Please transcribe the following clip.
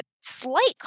slight